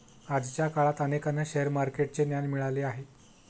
आजच्या काळात अनेकांना शेअर मार्केटचे ज्ञान मिळाले आहे